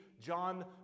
John